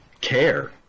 care